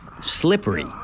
slippery